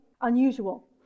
unusual